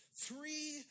Three